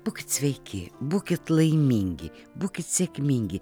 būkit sveiki būkit laimingi būkit sėkmingi